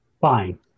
Fine